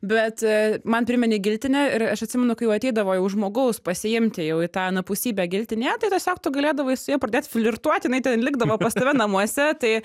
bet man priminei giltinę ir aš atsimenu kai jau ateidavo jau žmogaus pasiimti jau į tą anapusybę giltinė tai tiesiog tu galėdavai su ja pradėt flirtuoti jinai ten likdavo pas tave namuose tai